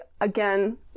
again